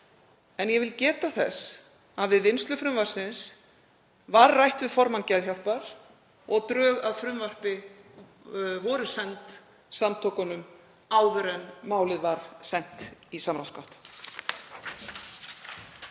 En ég vil geta þess að við vinnslu frumvarpsins var rætt við formann Geðhjálpar og drög að frumvarpi voru send samtökunum áður en málið var sent í samráðsgátt.